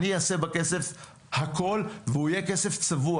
אני אעשה בכסף הכול והוא יהיה כסף צבוע,